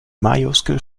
majuskel